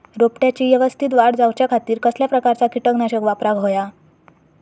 रोपट्याची यवस्तित वाढ जाऊच्या खातीर कसल्या प्रकारचा किटकनाशक वापराक होया?